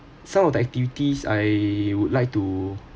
some of the activities I would like to